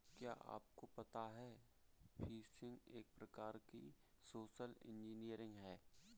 क्या आपको पता है फ़िशिंग एक प्रकार की सोशल इंजीनियरिंग है?